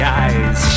eyes